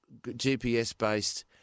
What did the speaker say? GPS-based